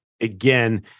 again